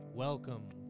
Welcome